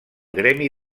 gremi